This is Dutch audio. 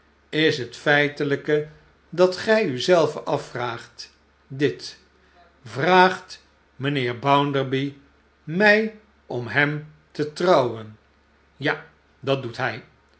is hetfeitelijke dat gij u zelve afvraagt dit vraagt mijnheer bounderby mij om hem tetrouwen ja dat doet bij